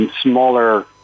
smaller